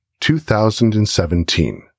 2017